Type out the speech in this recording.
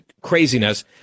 craziness